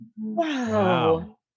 Wow